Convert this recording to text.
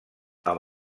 amb